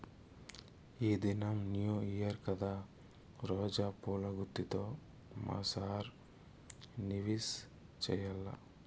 ఈ దినం new year కదా రోజా పూల గుత్తితో మా సార్ ని విష్ చెయ్యాల్ల